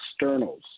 externals